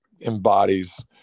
embodies